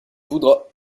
voudras